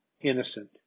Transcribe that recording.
innocent